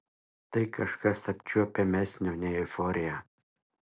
tai kažkas apčiuopiamesnio nei euforija